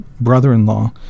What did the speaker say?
brother-in-law